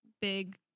big